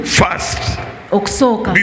first